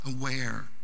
aware